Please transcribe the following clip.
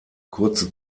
kurze